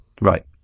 right